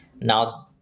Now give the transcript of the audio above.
now